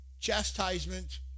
chastisement